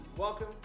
Welcome